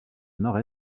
nord